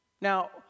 Now